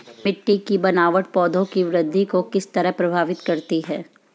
मिटटी की बनावट पौधों की वृद्धि को किस तरह प्रभावित करती है?